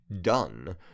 done